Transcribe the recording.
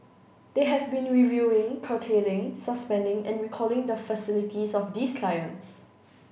they have been reviewing curtailing suspending and recalling the facilities of these clients